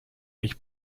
sich